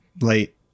late